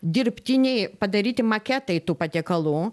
dirbtiniai padaryti maketai tų patiekalų